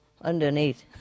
underneath